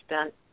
spent